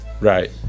right